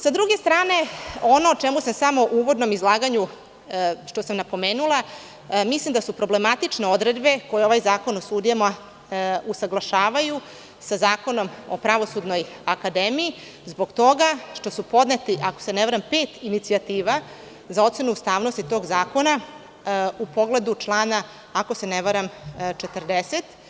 Sa druge strane, ono šta sam u uvodnom izlaganju napomenula, mislim da su problematične odredbe koje ovaj Zakon o sudijama usaglašavaju sa Zakonom o Pravosudnoj akademiji zbog toga što su podnete, ako se ne varam, pet inicijativa za ocenu ustavnosti tog zakona, a u pogledu člana 40.